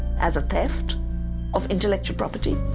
as a theft of intellectual property.